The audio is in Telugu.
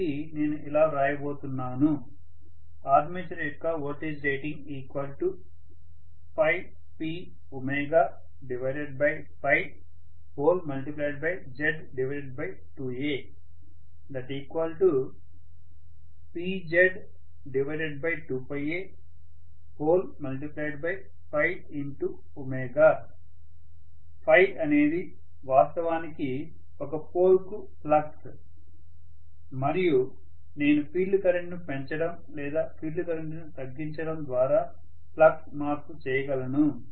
కాబట్టి నేను ఇలా వ్రాయబోతున్నాను ఆర్మేచర్ యొక్క వోల్టేజ్ రేటింగ్PZ2aPZ2a Φ అనేది వాస్తవానికి ఒక పోల్ కు ఫ్లక్స్ మరియు నేను ఫీల్డ్ కరెంట్ను పెంచడం లేదా ఫీల్డ్ కరెంట్ను తగ్గించడం ద్వారా ఫ్లక్స్ మార్పు చేయగలను